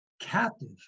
captive